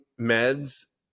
meds